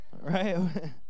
right